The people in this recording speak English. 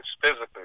physically